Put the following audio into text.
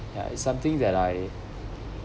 ya it's something that I